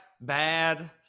bad